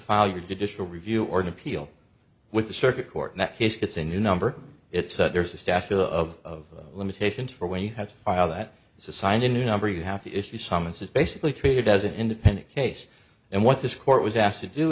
file your digital review or an appeal with the circuit court in that case it's a new number it's there's a statute of limitations for when you have to file that is assigned a new number you have to issue summonses basically treated as an independent case and what this court was asked to do